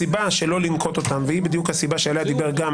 הסיבה לא לנקוט אותן והיא בדיוק הסיבה עליה דיבר גם